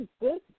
good